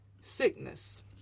sickness